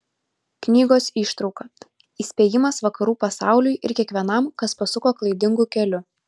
knygos ištrauka įspėjimas vakarų pasauliui ir kiekvienam kas pasuko klaidingu keliu